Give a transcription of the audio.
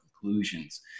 conclusions